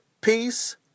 peace